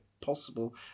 possible